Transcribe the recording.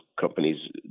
companies